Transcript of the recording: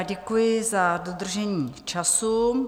Děkuji za dodržení času.